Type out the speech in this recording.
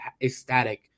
ecstatic